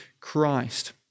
Christ